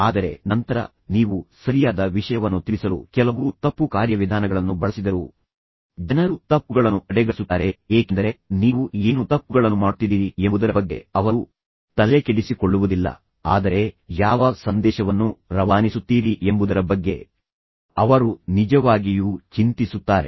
ಆದರೆ ನಂತರ ನೀವು ಸರಿಯಾದ ವಿಷಯವನ್ನು ತಿಳಿಸಲು ಕೆಲವು ತಪ್ಪು ಕಾರ್ಯವಿಧಾನಗಳನ್ನು ಬಳಸಿದರೂ ಜನರು ತಪ್ಪುಗಳನ್ನು ಕಡೆಗಣಿಸುತ್ತಾರೆ ಏಕೆಂದರೆ ನೀವು ಏನು ತಪ್ಪುಗಳನ್ನು ಮಾಡುತ್ತಿದ್ದೀರಿ ಎಂಬುದರ ಬಗ್ಗೆ ಅವರು ತಲೆಕೆಡಿಸಿಕೊಳ್ಳುವುದಿಲ್ಲ ಆದರೆ ಯಾವ ಸಂದೇಶವನ್ನು ರವಾನಿಸುತ್ತೀರಿ ಎಂಬುದರ ಬಗ್ಗೆ ಅವರು ನಿಜವಾಗಿಯೂ ಚಿಂತಿಸುತ್ತಾರೆ